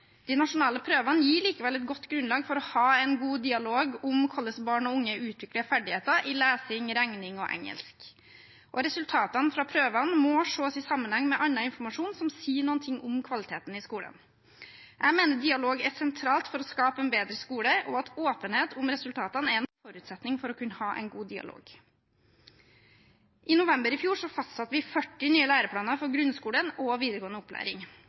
De nasjonale prøvene gir likevel et godt grunnlag for å ha en god dialog om hvordan barn og unge utvikler ferdigheter i lesing, regning og engelsk. Resultatene fra prøvene må også ses i sammenheng med annen informasjon som sier noe om kvaliteten i skolen. Jeg mener dialog er sentralt for å skape en bedre skole, og at åpenhet om resultatene er en forutsetning for å kunne ha en god dialog. I november i fjor fastsatte vi 40 nye læreplaner for grunnskolen og videregående opplæring.